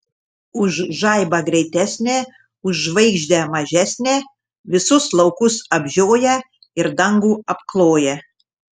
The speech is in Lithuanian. už žaibą greitesnė už žvaigždę mažesnė visus laukus apžioja ir dangų apkloja